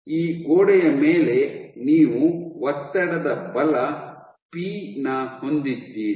ಈ ಗೋಡೆಯ ಮೇಲೆ ನೀವು ಒತ್ತಡದ ಬಲ ಪಿ ನ ಹೊಂದಿದ್ದೀರಿ